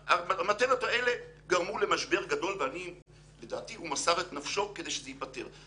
המטריות האלה גרמו למשבר גדול ולדעתי הוא מסר את נפשו כדי שזה ייפתר.